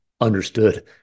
understood